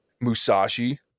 Musashi